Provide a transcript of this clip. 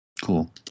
Cool